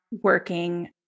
working